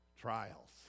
Trials